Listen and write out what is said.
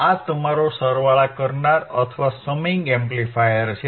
આ તમારો સરવાળા કરનાર અથવા સમીંગ એમ્પ્લીફાયર છે